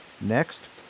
Next